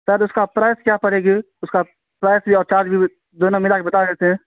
سر اس کا پرائز کیا پڑے گی اس کا پرائس اور چارج بھی جو ہے نہ ملا کے بتا دیتے